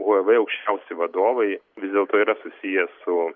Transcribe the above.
huavei aukščiausi vadovai vis dėlto yra susiję su